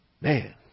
Man